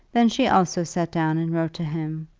then she also sat down and wrote to him,